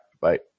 Bye